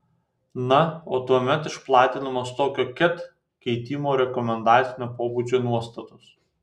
na o tuomet išplatinamos tokio ket keitimo rekomendacinio pobūdžio nuostatos